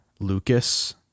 Lucas